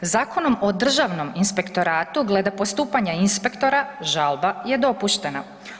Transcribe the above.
Zakonom o Državnom inspektoratu glede postupanja inspektora žalba je dopuštena.